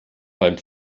beim